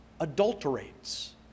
adulterates